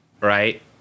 right